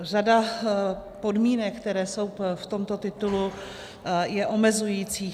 Řada podmínek, které jsou v tomto titulu, je omezujících.